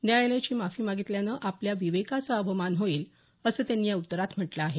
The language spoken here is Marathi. न्यायालयाची माफी मागितल्याने आपल्या विवेकाचा अवमान होईल असं त्यांनी या उत्तरात म्हटलं आहे